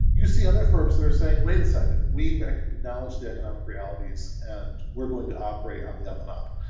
you see other firms that are saying, wait a second, we acknowledge the economic realities and we are going to operate on the up and up.